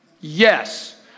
Yes